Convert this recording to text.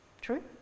True